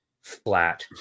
Flat